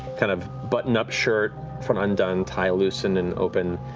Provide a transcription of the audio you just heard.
kind of button-up shirt, front undone, tie loosened and open.